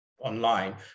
online